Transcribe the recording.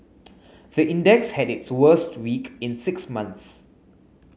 the index had its worst week in six months